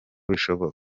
bishoboka